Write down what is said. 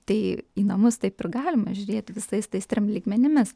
tai į namus taip ir galima žiūrėti visais tais trim lygmenimis